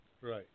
Right